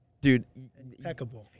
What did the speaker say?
dude